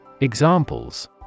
Examples